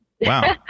Wow